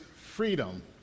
freedom